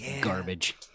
garbage